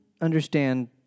understand